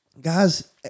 guys